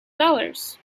dollars